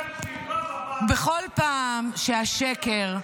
בכל פעם שהשקר,